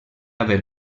haver